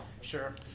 Sure